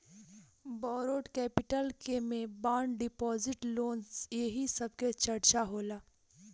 borrowed capital के में bond deposit loan एही सब के चर्चा होला